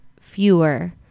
fewer